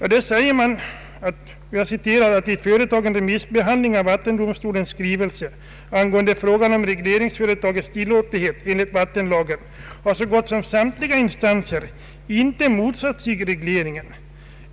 Här sägs att vid företagen remissbehandling av vattendomstolens skrivelse angående frågan om regleringsföretagets tillåtlighet enligt vattenlagen har så gott som samtliga instanser ”inte motsatt sig” regleringen.